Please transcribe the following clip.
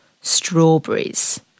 strawberries